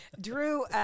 Drew